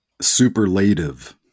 Superlative